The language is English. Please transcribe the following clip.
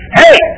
hey